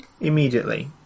immediately